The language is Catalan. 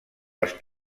les